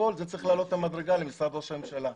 הכול זה צריך לעלות מדרגה למשרד ראש הממשלה,